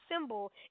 symbol